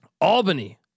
Albany